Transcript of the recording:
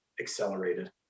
accelerated